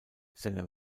seine